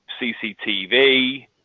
CCTV